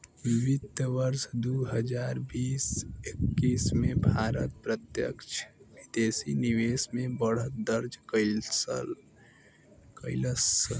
वित्त वर्ष दू हजार बीस एक्कीस में भारत प्रत्यक्ष विदेशी निवेश में बढ़त दर्ज कइलस